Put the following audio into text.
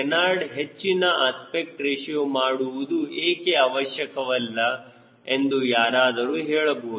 canard ಹೆಚ್ಚಿನ aspect ratio ಮಾಡುವುದು ಏಕೆ ಅವಶ್ಯಕವಲ್ಲ ಎಂದು ಯಾರಾದರೂ ಹೇಳಬಹುದು